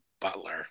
Butler